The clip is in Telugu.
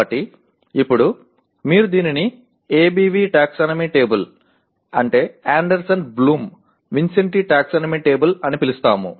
కాబట్టి ఇప్పుడు మీరు దీనిని ABV taxonomy table Anderson Bloom విన్సెంటి టాక్సానమీ టేబుల్ అని పిలుస్తాము